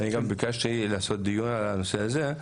אני גם ביקשתי לעשות דיון על הנושא הזה.